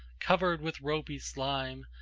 covered with ropy slime,